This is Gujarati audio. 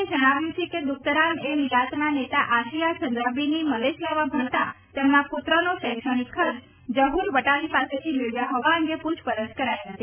એ જણાવ્યું છે કે દુકતરાન એ મિલાતના નેતા આશિયા અંદ્રાબીની મલેશિયામાં ભણતા તેમના પુત્રનો શૈક્ષણિક ખર્ચ ઝહુર વટાલી પાસેથી મેળવ્યા હોવા અંગે પુછપરછ કરાઈ હતી